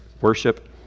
Worship